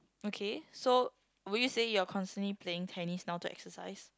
okay so were you saying you're constantly playing tennis now to exercise